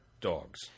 dogs